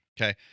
Okay